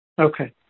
Okay